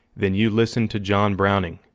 then you listen to john browning.